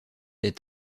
est